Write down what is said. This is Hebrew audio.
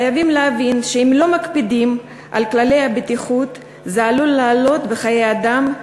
חייבים להבין שאם לא מקפידים על כללי הבטיחות זה עלול לעלות בחיי אדם,